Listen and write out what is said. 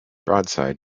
broadside